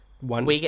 one